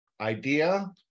idea